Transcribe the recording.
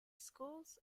schools